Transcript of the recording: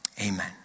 Amen